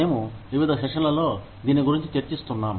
మేము వివిధ సెషన్లలో దీని గురించి చర్చిస్తున్నాం